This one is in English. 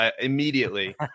immediately